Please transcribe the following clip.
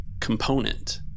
component